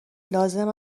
لازم